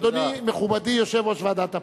אדוני, מכובדי, יושב-ראש ועדת הפנים.